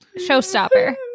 Showstopper